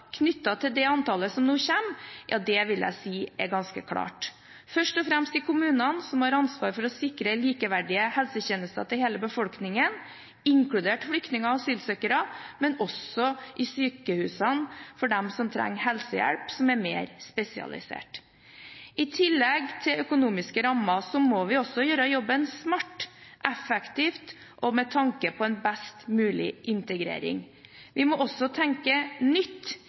til det antallet som nå kommer, vil jeg si er ganske klart, først og fremst i kommunene, som har ansvar for å sikre likeverdige helsetjenester til hele befolkningen, inkludert flyktninger og asylsøkere, men også i sykehusene, for dem som trenger helsehjelp som er mer spesialisert. I tillegg til økonomiske rammer må vi gjøre jobben smart, effektivt og med tanke på en best mulig integrering. Vi må også tenke nytt